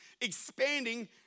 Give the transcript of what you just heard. expanding